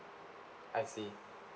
I see